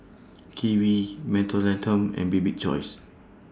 Kiwi Mentholatum and Bibik's Choice